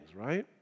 right